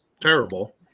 terrible